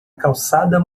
calçada